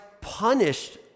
punished